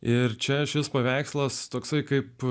ir čia šis paveikslas toksai kaip